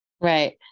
right